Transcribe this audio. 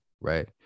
right